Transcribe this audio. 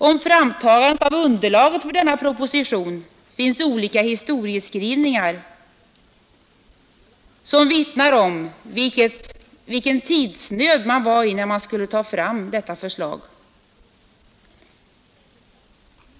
Om framtagandet av underlaget för denna proposition finns olika historieskrivningar, som vittnar om vilken tidsnöd man var i när man skulle ta fram detta förslag.